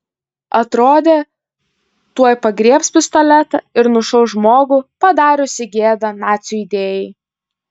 atrodė tuoj pagriebs pistoletą ir nušaus žmogų padariusį gėdą nacių idėjai